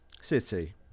City